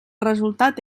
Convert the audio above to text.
resultat